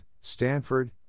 Stanford